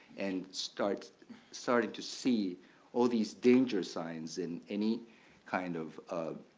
and starting starting to see all these dangerous signs in any kind of